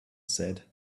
said